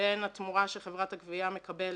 בין התמורה שחברת הגבייה מקבלת